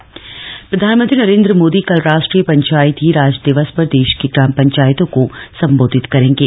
पंचायती राज दिवस प्रधानमंत्री नरेन्द्र मोदी कल राष्ट्रीय पंचायती राज दिवस पर देश की ग्राम पंचायतों को संबोधित करेंगे